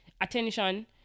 attention